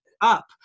up